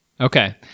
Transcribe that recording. Okay